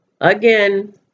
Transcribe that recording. Again